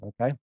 Okay